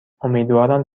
امیدوارم